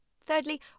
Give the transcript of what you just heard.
Thirdly